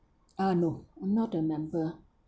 uh no I'm not a member ah